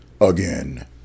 again